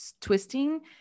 twisting